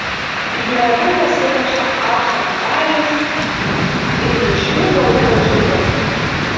jie abu pasipuošė aukso medaliais ir mišrių porų varžybose